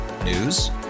News